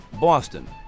Boston